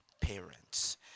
parents